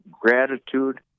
gratitude